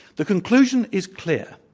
the conclusion is clear.